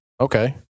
Okay